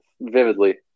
vividly